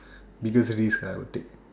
biggest risk I would take